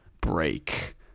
break